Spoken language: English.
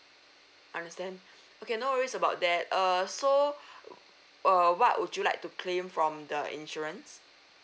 understand okay no worries about that err so uh what would you like to claim from the insurance